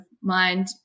mind